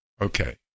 Okay